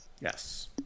Yes